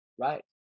Right